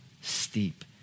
steep